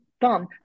done